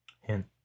Hint